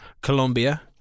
Colombia